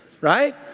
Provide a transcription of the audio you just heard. right